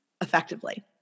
effectively